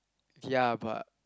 ya but